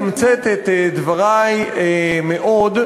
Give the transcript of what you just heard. אתמצת את דברי מאוד,